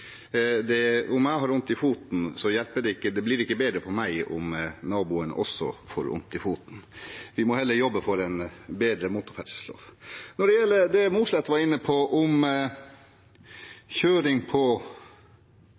Om jeg har vondt i foten, blir det ikke bedre for meg om naboen også får vondt i foten. Vi må heller jobbe for en bedre motorferdsellov. Når det gjelder det Mossleth var inne på, om kjøring på